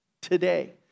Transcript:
today